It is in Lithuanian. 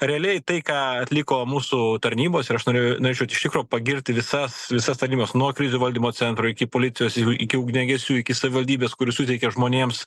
realiai tai ką atliko mūsų tarnybos ir aš noriu norėčiau iš tikro pagirti visas visas tarnybas nuo krizių valdymo centro iki policijos iki ugniagesių iki savivaldybės kuris suteikia žmonėms